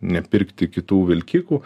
nepirkti kitų vilkikų